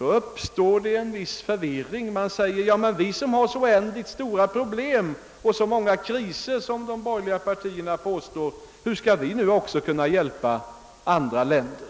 uppstår det en viss förvirring. Man säger då: Ja, men vi som har så oändligt stora problem och så många kriser som de borgerliga partierna påstår, hur skall vi kunna hjälpa andra länder?